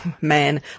man